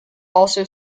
also